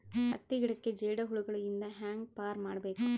ಹತ್ತಿ ಗಿಡಕ್ಕೆ ಜೇಡ ಹುಳಗಳು ಇಂದ ಹ್ಯಾಂಗ್ ಪಾರ್ ಮಾಡಬೇಕು?